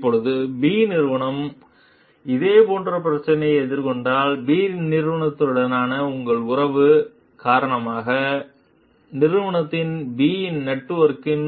இப்போது B நிறுவனம் இதே போன்ற பிரச்சனையை எதிர்கொண்டால் B நிறுவனத்துடனான உங்கள் உறவின் காரணமாக நிறுவனத்தின் B இன் நெட்வொர்க்கின்